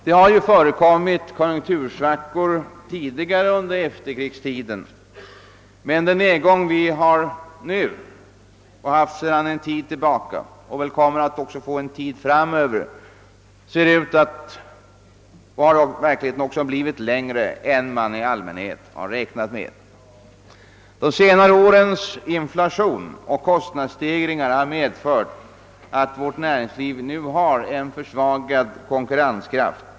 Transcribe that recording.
Det har ju tidigare under efterkrigstiden förekommit konjunktursvackor, men den nedgång vi nu har och väl får räkna med en tid framöver har blivit mera långvarig än man i allmänhet räknat med. De senaste årens inflation och <kostnadsstegringar har medfört alt vårt näringsliv nu har en försvagad konkurrenskraft.